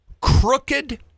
Crooked